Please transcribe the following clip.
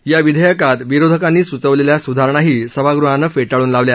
या विधेयकात विरोधकांनी सूचवलेल्या स्धारणाही सभागृहानं फेटाळून लावल्या